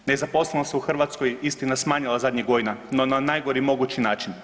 Nezaposlenost se u Hrvatskoj istina smanjila zadnjih godina no na najgori mogući način.